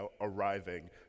arriving